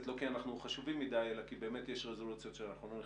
ולא כי אנחנו חשובים מדי אלא כי יש רזולוציות אליהן אנחנו לא נכנסים.